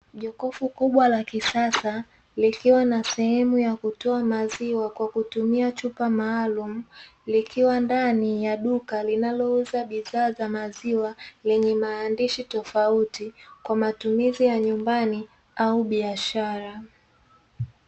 Jokofu kubwa la kisas likiwa na sehemu ya kutolea maziwa kwa kutumia chupa maalumu kwa matumizi ya nyumbani au biashara.